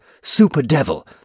super-devil